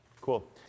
Cool